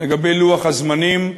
לגבי לוח הזמנים,